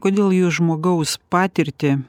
kodėl jūs žmogaus patirtį